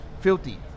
Filthy